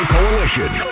Coalition